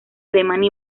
alemania